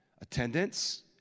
Attendance